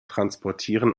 transportieren